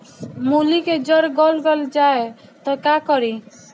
मूली के जर गल जाए त का करी?